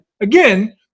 again